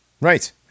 Right